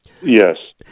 yes